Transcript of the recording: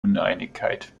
uneinigkeit